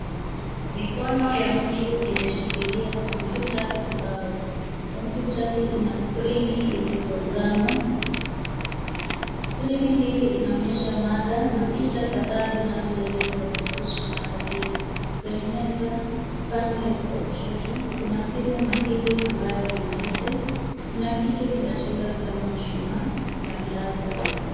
Mikono ya mtu imeshikilia kompyuta kibao. Kompyuta hii ina skirini yenye programu. Skirini hii inaonyesha mada na picha kadhaa zinazoeleza kuhusu mada hii. Kwenye meza upande wa kushoto, kuna simu mahiri ambayo ni nyeupe. Kuna kitu kinachokaa kama mshumaa na glasi.